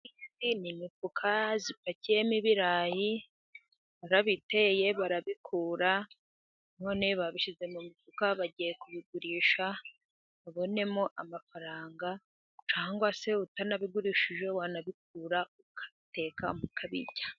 Iyi ni imifuka ipakiyemo ibirayi, barabiteye, barabikura, none babishyize mu mifuka, bagiye kubigurisha babonemo amafaranga, cyangwa se utanabigurishije, wanabikura, ukabiteka, ukabirya.